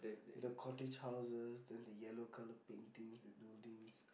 the cottage houses then the yellow colour paintings the buildings